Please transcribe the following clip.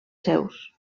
seus